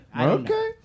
okay